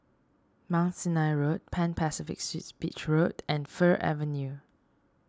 Mount Sinai Road Pan Pacific Suites Beach Road and Fir Avenue